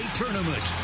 tournament